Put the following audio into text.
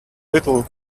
little